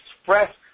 express